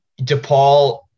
Depaul